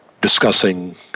discussing